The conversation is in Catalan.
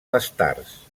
bastards